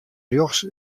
rjochts